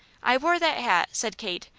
i wore that hat, said kate,